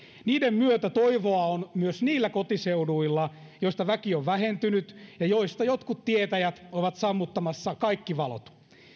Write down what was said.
niiden myötä toivoa on myös niillä kotiseuduilla joista väki on vähentynyt ja joista jotkut tietäjät ovat sammuttamassa kaikki valot